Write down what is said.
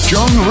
John